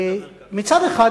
מצד אחד,